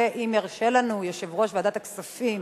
ואם ירשה לנו יושב-ראש ועדת הכספים